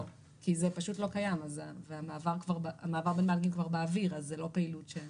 כי זה פשוט לא קיים והמעבר בין בנקים כבר באוויר אז זו לא פעילות.